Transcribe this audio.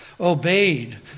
obeyed